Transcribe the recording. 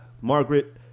Margaret